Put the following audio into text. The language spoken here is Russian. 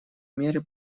меры